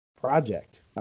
project